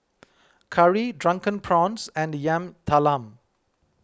Curry Drunken Prawns and Yam Talam